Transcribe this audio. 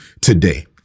today